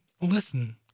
Listen